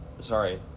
Sorry